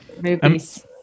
movies